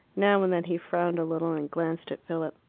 now and then he frowned a little and glanced at philip.